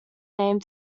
name